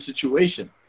situation